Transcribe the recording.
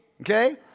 okay